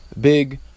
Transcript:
big